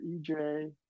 EJ